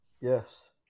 yes